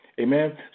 Amen